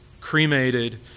cremated